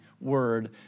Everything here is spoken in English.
word